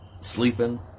sleeping